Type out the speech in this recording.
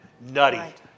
nutty